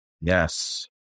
Yes